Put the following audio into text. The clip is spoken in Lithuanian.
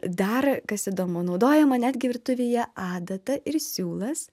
dar kas įdomu naudojama netgi virtuvėje adata ir siūlas